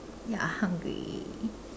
ya hungry